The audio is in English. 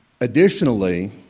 Additionally